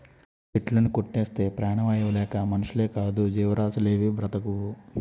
చెట్టులుని కొట్టేస్తే ప్రాణవాయువు లేక మనుషులేకాదు జీవరాసులేవీ బ్రతకవు